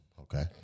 Okay